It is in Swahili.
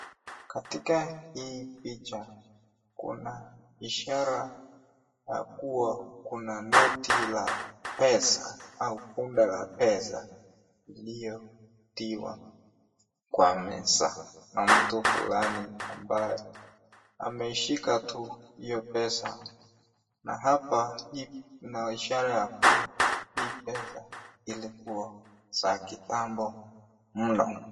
Katika hii picha kuna ishara ya kuwa kuna noti la pesa au bunda la pesa iliyotiwa kwa meza na mtu fulani ambaye ameshika tu hiyo pesa na hapa ina ishara ya kuwa hii pesa ilikuwa za kitambo mno.